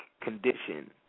condition